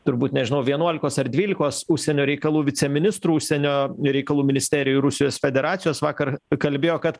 turbūt nežinau vienuolikos ar dvylikos užsienio reikalų viceministrų užsienio reikalų ministerijoj rusijos federacijos vakar kalbėjo kad